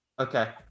Okay